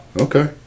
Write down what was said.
Okay